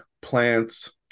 plants